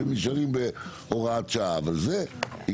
כי אם מישהו יבדוק את ההיסטוריה למה נושא זה הלך